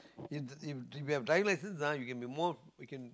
if if if you have driving license you can be more you can